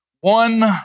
one